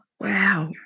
Wow